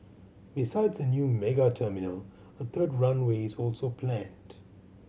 besides a new mega terminal a third runway is also planned